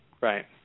Right